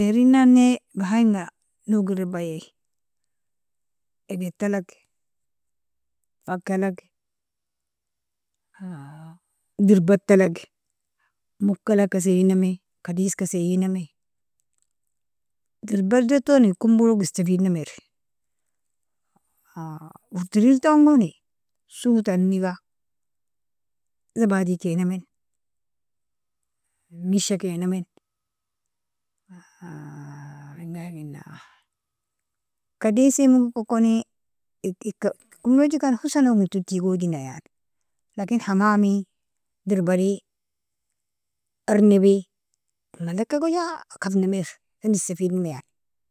Irin nane bahaimga no'gill rebaie, eghetta'lag fakka'lag, dirbatta'lag, mukka'laka seyyiname, kadiska seyyiname, dirbadidotoni kumbulog istafidnamieirr. urtirilton goni suutaniga zabadi kenamen misha kenamen minga iigina? Kadisi mugi koni ika ika kulojikani hussan no'gin tul tigojina yani, لكن hamami, dirbadi, ernebi, in malleka goja kabname irr ken istefidname yan.